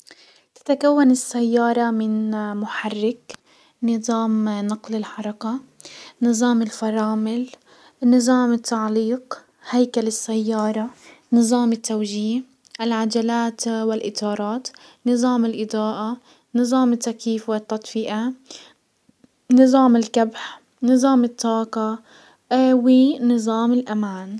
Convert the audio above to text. تتكون السيارة من محرك نزام نقل الحركة، نزام الفرامل، نزام التعليق، هيكل السيارة، نزام التوجيه، العجلات والاطارات، نزام الاضاءة، نزام التكيف والتدفئة، نزام الكبح، نزام الطاقة، ونزام الامان.